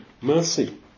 mercy